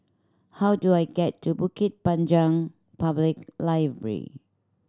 how do I get to Bukit Panjang Public Library